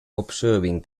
observing